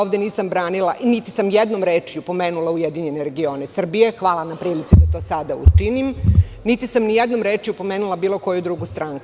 Ovde nisam branila, niti sam jednom rečju pomenula URS, hvala na prilici da to sada učinim, niti sam i jednom rečju pomenula bilo koju drugu stranku.